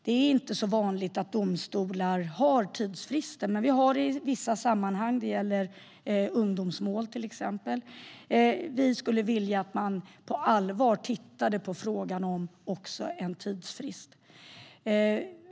Det är inte så vanligt att domstolar har tidsfrister, men vi har det i vissa sammanhang, till exempel i ungdomsmål. Vi skulle vilja att man på allvar tittade på frågan om en tidsfrist.